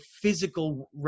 physical